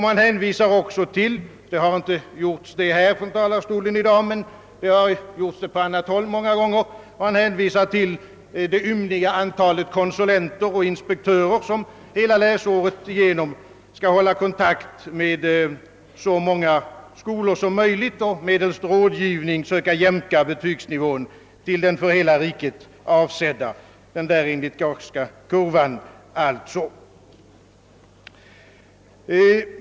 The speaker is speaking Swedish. Man hänvisar också till — från denna talarstol har det idag inte skett men från annat håll många gånger — det ymniga antalet konsulenter och inspektörer, vilka under hela läsåret skall hålla kontakt med så många skolor som möjligt och medelst rådgivning söka jämka betygsnivån till den för hela riket avsedda, som bygger på den Gausska kurvan.